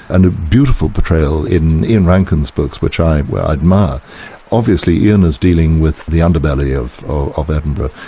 and a beautiful portrayal in ian rankin's books which i admire obviously ian is dealing with the underbelly of of edinburgh.